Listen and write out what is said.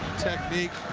technique,